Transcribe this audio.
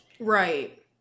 Right